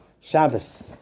Shabbos